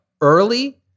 early